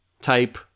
type